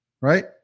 right